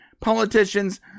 politicians